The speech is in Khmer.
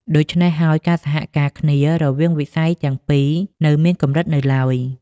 ដូច្នេះហើយ ការសហការគ្នារវាងវិស័យទាំងពីរនៅមានកម្រិតនៅឡើយ។